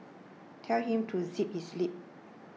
tell him to zip his lip